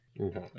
okay